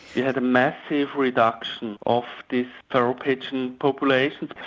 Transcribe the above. yeah had a massive reduction of this feral pigeon population.